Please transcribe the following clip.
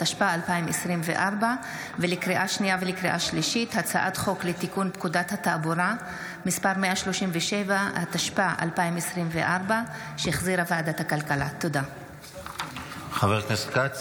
התשפ"ה 2024. לקריאה שנייה